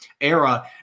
era